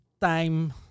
time